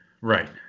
right